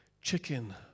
chicken